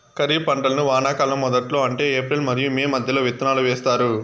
ఖరీఫ్ పంటలను వానాకాలం మొదట్లో అంటే ఏప్రిల్ మరియు మే మధ్యలో విత్తనాలు వేస్తారు